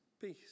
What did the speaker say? peace